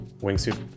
wingsuit